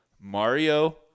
Mario